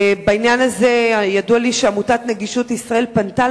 בעניין הזה ידוע לי שעמותת "נגישות ישראל" פנתה